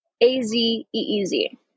A-Z-E-E-Z